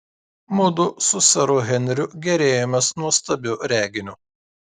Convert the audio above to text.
mudu su seru henriu gėrėjomės nuostabiu reginiu